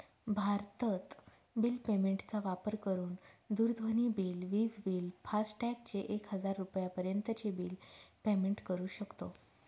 भारतत bill payment चा वापर करून दूरध्वनी बिल, विज बिल, फास्टॅग चे एक हजार रुपयापर्यंत चे बिल पेमेंट करू शकतो